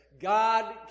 God